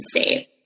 state